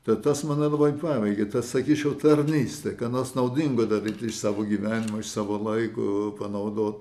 tai tas mane labai paveikė tas sakyčiau tarnystė ką nors naudingo daryti iš savo gyvenimo iš savo laiko panaudot